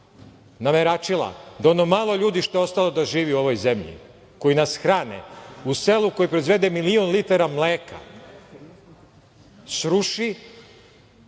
nameračila da ono malo ljudi što je ostalo da živi u ovoj zemlji, koji nas hrane, u selu koji proizvede milion litara mleka, sruši